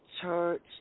church